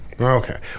Okay